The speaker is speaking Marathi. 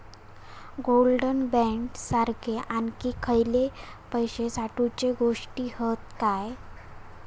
गोल्ड बॉण्ड सारखे आणखी खयले पैशे साठवूचे गोष्टी हत काय?